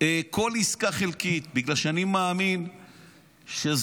כל עסקה חלקית, בגלל שאני מאמין שזה